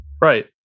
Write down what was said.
Right